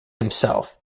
himself